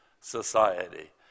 society